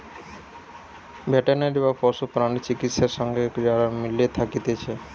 veterinary বা পশু প্রাণী চিকিৎসা সঙ্গে যারা মিলে থাকতিছে